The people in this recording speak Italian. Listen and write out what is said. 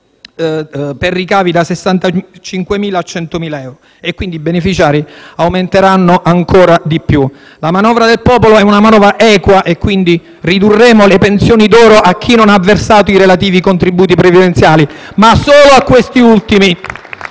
per ricavi da 65.000 a 100.000 euro, quindi i beneficiari aumenteranno ancora di più. La manovra del popolo è equa, quindi ridurremo le pensioni d'oro a chi non ha versato i relativi contributi previdenziali, ma solo a questi ultimi